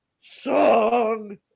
Song